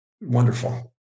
wonderful